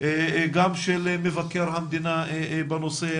גם של מבקר המדינה בנושא,